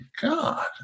God